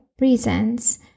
reasons